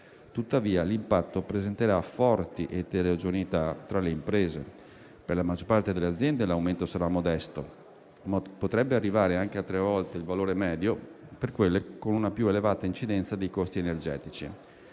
Tuttavia l'impatto presenterà forti eterogeneità tra le imprese: per la maggior parte delle aziende l'aumento sarà modesto, ma potrebbe arrivare anche a tre volte il valore medio per quelle con una più elevata incidenza dei costi energetici.